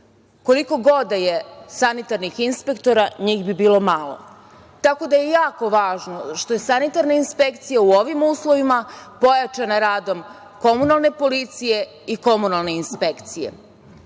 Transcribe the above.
koliko god da je sanitarnih inspektora, njih bi bilo malo. Tako da, jako je važno što je sanitarna inspekcija u ovim uslovima pojačana radom komunalne policije i komunalne inspekcije. Ono